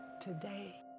today